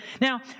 Now